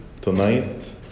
tonight